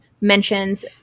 Mentions